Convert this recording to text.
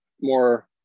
more